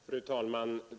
Fru talman!